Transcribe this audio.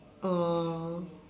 oh